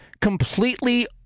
completely